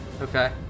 Okay